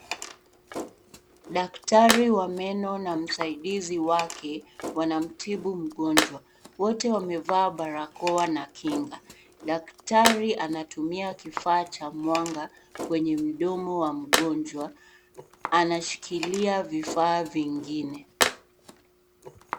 Daktari wa meno na msaidizi wake wanamtibu meno mgonjwa. Wote wamevaa barakoa na kinga. Daktari anatumia kifaa cha mwanga, kwenye mdomo wa mgonjwa, anashikilia vifaa vingine.